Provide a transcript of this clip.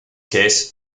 case